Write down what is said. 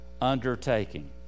undertaking